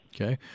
Okay